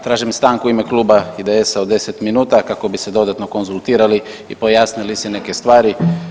Tražim stanku u ime kluba IDS-a od deset minuta kako bi se dodatno konzultirali i pojasnili si neke stvari.